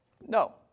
No